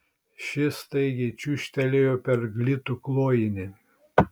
ši staigiai čiūžtelėjo per glitų klojinį